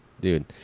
dude